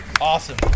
Awesome